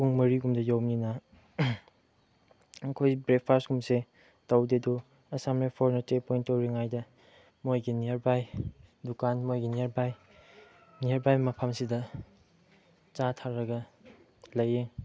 ꯄꯨꯡ ꯃꯔꯤꯒꯨꯝꯕꯗ ꯌꯧꯕꯅꯤꯅ ꯑꯩꯈꯣꯏ ꯕ꯭ꯔꯦꯛꯐꯥꯁꯒꯨꯝꯕꯁꯦ ꯇꯧꯗꯦ ꯑꯗꯨ ꯑꯁꯥꯝ ꯔꯥꯏꯐꯜꯅ ꯆꯦꯛ ꯄꯣꯏꯟ ꯇꯧꯔꯤꯉꯥꯏꯗ ꯃꯣꯏꯒꯤ ꯅꯤꯌꯔꯕꯥꯏ ꯗꯨꯀꯥꯟ ꯃꯣꯏꯒꯤ ꯅꯤꯌꯔꯕꯥꯏ ꯅꯤꯌꯔꯕꯥꯏ ꯃꯐꯝꯁꯤꯗ ꯆꯥ ꯊꯛꯂꯒ ꯂꯩꯌꯦ